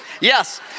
Yes